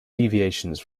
deviations